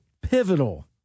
pivotal